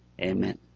Amen